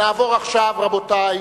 רבותי,